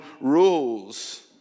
rules